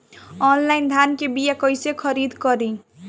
Online धान के बीया कइसे खरीद करी?